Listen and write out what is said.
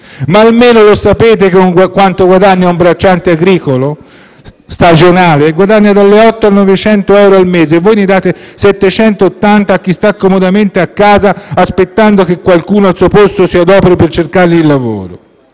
Ma almeno lo sapete quanto guadagna un bracciante agricolo stagionale? Guadagna tra gli 800 e i 900 euro al mese. E voi ne date 780 a chi sta comodamente a casa aspettando che qualcuno al suo posto si adoperi per cercargli lavoro.